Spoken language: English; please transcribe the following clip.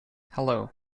hello